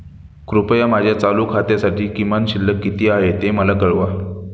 कृपया माझ्या चालू खात्यासाठी किमान शिल्लक किती आहे ते मला कळवा